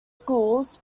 schools